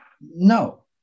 No